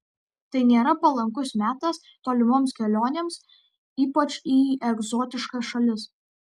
tai nėra palankus metas tolimoms kelionėms ypač į egzotiškas šalis